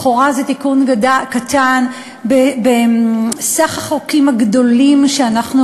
לכאורה זה תיקון קטן בסך החוקים הגדולים שאנחנו